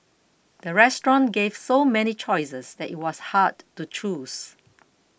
the restaurant gave so many choices that it was hard to choose